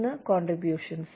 ഒന്ന് കോൺഡ്രിബ്യൂഷൻസ്